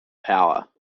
power